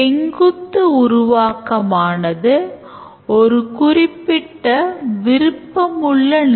எடுத்துக்காட்டாக நாம் classன் பெயரை எழுதலாம்